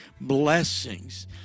blessings